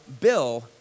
Bill